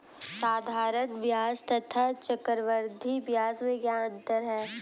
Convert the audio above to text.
साधारण ब्याज तथा चक्रवर्धी ब्याज में क्या अंतर है?